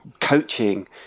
coaching